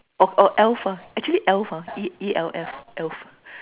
orh err elf ah actually elf ah E L F elf